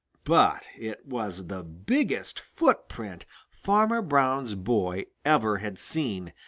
but it was the biggest footprint farmer brown's boy ever had seen,